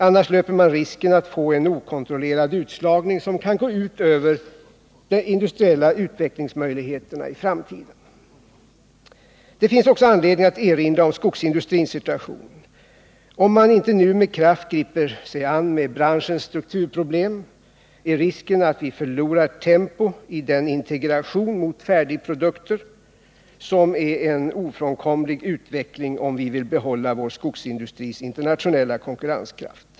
Annars löper man risken att få en okontrollerad utslagning som i framtiden kan gå ut över de industriella utvecklingsmöjligheterna. Det finns också anledning att erinra om skogsindustrins situation. Om man inte nu med kraft griper sig an med branschens strukturproblem finns risken att vi förlorar tempo i den integration mot färdigprodukter som är en ofrånkomlig utveckling, om vi vill behålla vår skogsindustris internationella konkurrenskraft.